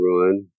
run